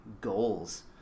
goals